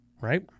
right